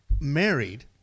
married